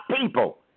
people